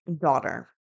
daughter